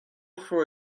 for